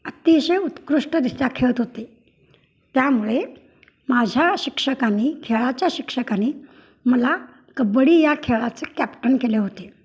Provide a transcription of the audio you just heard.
अतिशय उत्कृष्टरित्या खेळत होते त्यामुळे माझ्या शिक्षकांनी खेळाच्या शिक्षकांनी मला कबड्डी या खेळाचं कॅप्टन केले होते